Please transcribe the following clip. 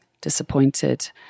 disappointed